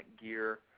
gear